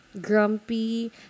grumpy